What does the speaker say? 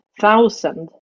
Thousand